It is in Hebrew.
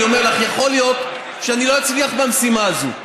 אני אומר לך: יכול להיות שאני לא אצליח במשימה הזו.